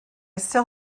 still